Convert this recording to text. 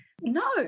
No